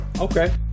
Okay